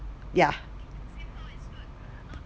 yeah